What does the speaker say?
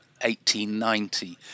1890